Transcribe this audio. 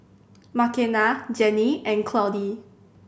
Makenna Jennie and Claudie